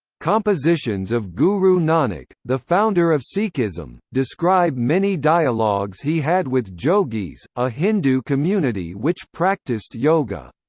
compositions of guru nanak, the founder of sikhism, describe many dialogues he had with jogis, a hindu community which practiced yoga.